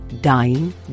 dying